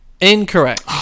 Incorrect